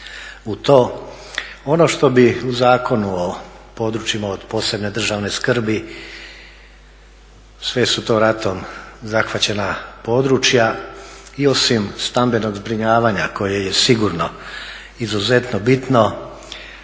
u to. Ono što bi u Zakonu o PPDS-u, sve su to ratom zahvaćena područja i osim stambenog zbrinjavanja koje je sigurno izuzetno bitno